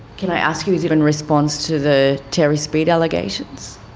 can i ask you is it in response to the terry speed allegations?